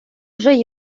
уже